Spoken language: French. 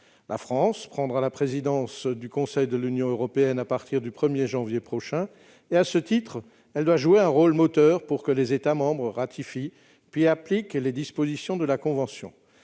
La France assurera la présidence du Conseil de l'Union européenne à partir du 1 janvier 2022 ; à ce titre, elle doit jouer un rôle moteur pour que les États membres ratifient, puis appliquent, les dispositions de cette convention.